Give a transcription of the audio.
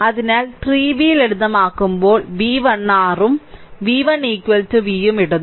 അതിനാൽ 3 v ലളിതമാക്കുമ്പോൾ v1 r ഉം v1 v ഉം ഇടുന്നു